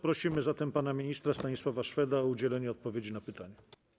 Proszę zatem pana ministra Stanisława Szweda o udzielenie odpowiedzi na pytanie.